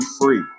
free